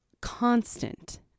constant